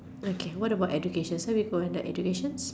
okay what about education some people on the educations